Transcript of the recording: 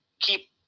keep